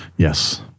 Yes